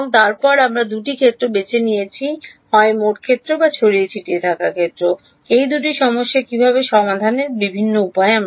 এবং তারপরে আমরা দুটি ক্ষেত্র বেছে নিয়েছি হয় মোট ক্ষেত্র বা ছড়িয়ে ছিটিয়ে থাকা ক্ষেত্র এই দুটি সমস্যা সঠিকভাবে সমাধানের বিভিন্ন উপায়